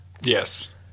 Yes